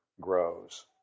grows